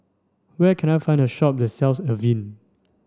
where can I find a shop that sells Avene